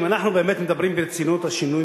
אם אנחנו באמת מדברים ברצינות על שינוי